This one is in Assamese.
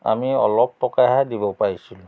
আমি অলপ টকাহে দিব পাৰিছিলোঁ